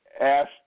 asked